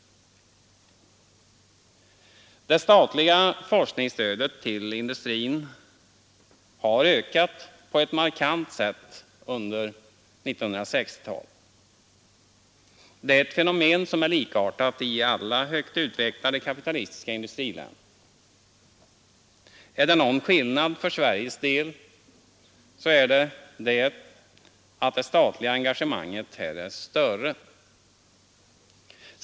Det statliga forskningsstödet till industrin har ökat på ett markant sätt under 1960-talet. Det är ett fenomen som är likartat i alla högt utvecklade kapitalistiska industriländer. Är det någon skillnad för Sveriges del är det den att det statliga engagemanget är större.